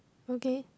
okay